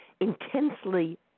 intensely